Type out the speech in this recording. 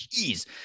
Jeez